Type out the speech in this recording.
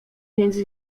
więc